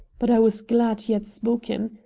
but i was glad he had spoken.